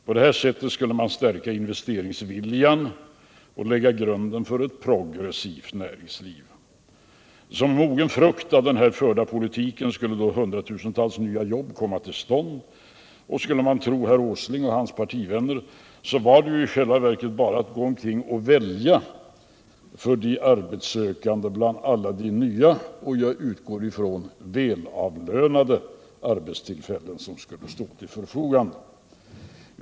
På så sätt skulle man stärka investeringsviljan och lägga grunden för ett progressivt näringsliv. Som en mogen frukt av en sådan här politik skulle 100 000-tals nya jobb komma till stånd, och skulle man tro herr Åsling och hans partivänner var det för de arbetssökande i själva verket bara att gå omkring och välja bland alla de nya och — det utgår jag ifrån — välavlönade arbetstillfällen som skulle komma att stå till förfogande.